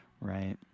right